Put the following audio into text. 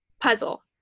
puzzle